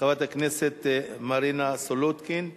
של חברת הכנסת מרינה סולודקין.